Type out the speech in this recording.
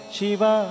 Shiva